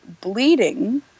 bleeding